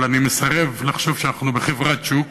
אבל אני מסרב לחשוב שאנחנו בחברת שוק,